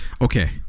okay